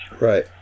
Right